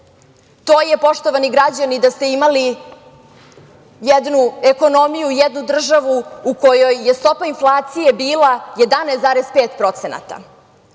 To je, poštovani građani, da ste imali jednu ekonomiju, jednu državu u kojoj je stopa inflacije bila 11,5%,